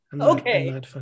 okay